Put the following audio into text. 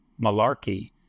malarkey